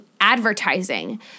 advertising